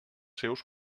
seus